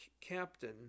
Captain